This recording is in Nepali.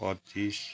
पच्चिस